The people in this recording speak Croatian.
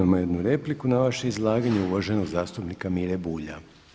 Imamo jednu repliku na vaše izlaganje uvaženog zastupnika Mire Bulja.